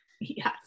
Yes